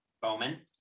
Bowman